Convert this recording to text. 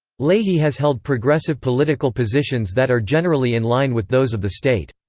leahy has held progressive political positions that are generally in line with those of the state.